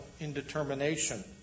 indetermination